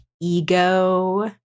ego